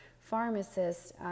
pharmacists